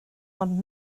ond